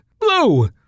Blue